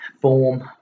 form